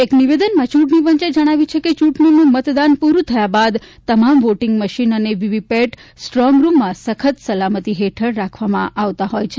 એક નિવેદનમાં ચૂંટણીપંચે જણાવ્યું છે કે ચૂંટણીનું મતદાન પૂરૂં થયા બાદ તમામ વોટીંગ મશીન અને વીવીપેટ સ્ટ્રોંગરૂમમાં સપ્ન સલામતિ હેઠળ રાખવામાં આવતા હોય છે